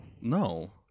no